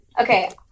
okay